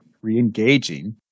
re-engaging